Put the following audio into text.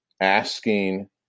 asking